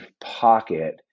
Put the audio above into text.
pocket